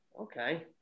Okay